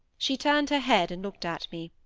she turned her head and looked at me.